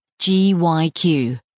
GYQ